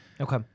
Okay